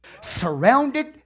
Surrounded